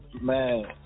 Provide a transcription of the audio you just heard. Man